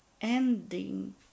ending